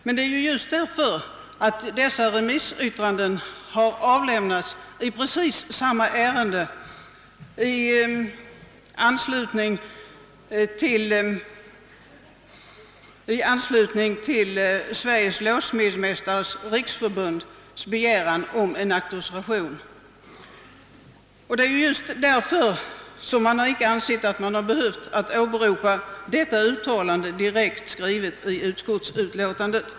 Skälet därtill är att just dessa remissyttranden har avlämnats i precis samma ärende tidigare, i anslutning till Sveriges låssmedsmästares riksförbunds begäran om en auktorisation. Av denna anledning har man inte ansett sig behöva åberopa detta uttalande och direkt skriva in det i utskottsutlåtandet.